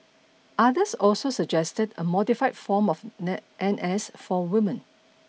others also suggested a modified form of N S for women